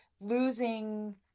losing